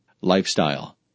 Lifestyle